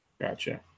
Gotcha